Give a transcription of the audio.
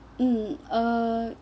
um uh